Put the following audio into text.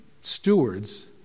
stewards